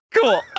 Cool